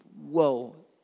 whoa